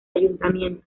ayuntamiento